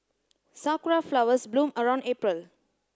sakura flowers bloom around April